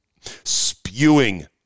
Spewing